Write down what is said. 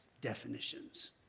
definitions